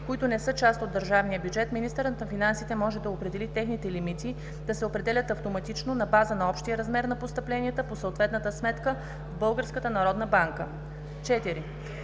които не са част от държавния бюджет, министърът на финансите може да определи техните лимити да се определят автоматично на база на общия размер на постъпленията по съответната сметка в